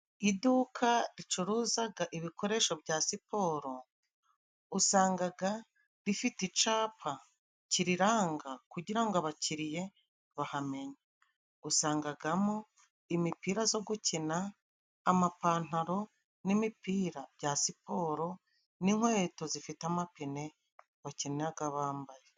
Iduka ricuruzaga ibikoresho bya siporo, usangaga rifite icapa kiriranga kugira ngo abakiriye bahamenye, usangagamo imipira zo gukina, amapantaro n'imipira bya siporo n'inkweto zifite amapine bakinaraga bambaye.